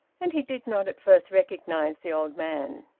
and he did not at first recognise the old man.